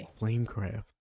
flamecraft